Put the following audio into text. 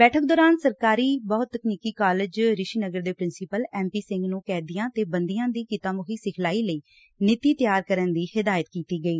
ਬੈਠਕ ਦੌਰਾਨ ਸਰਕਾਰੀ ਬਹੁਤਕਨੀਕੀ ਕਾਲਜ ਰਿਸ਼ੀਨਗਰ ਦੇ ਪ੍ਰਿੰਸੀਪਲ ਐਮ ਪੀ ਸਿੰਘ ਨੂੰ ਕੈਦੀਆਂ ਤੇ ਬੰਦੀਆਂ ਦੀ ਕਿੱਤਾ ਮੁੱਖੀ ਸਿਖਲਾਈ ਲਈ ਨੀਤੀ ਤਿਆਰ ਕਰਨ ਦੀ ਹਦਾਇਤ ਕੀਤੀ ਗਈ